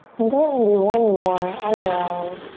then go ahead and do one more on your own.